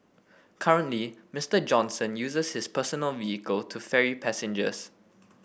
currently Mister Johnson uses his personal vehicle to ferry passengers